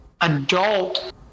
adult